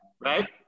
right